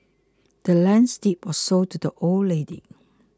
the land's deed was sold to the old lady